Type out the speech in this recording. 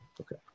okay